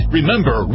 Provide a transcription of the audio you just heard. Remember